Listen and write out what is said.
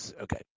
okay